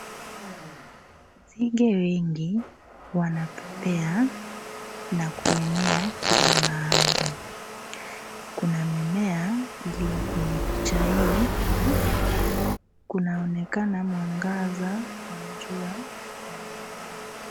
Nzige wengi, wanapepea na kuenea kila mahali. Kuna mimea iliyo kwenye picha hii na kunaonekana mwangaza wa jua.